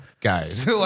guys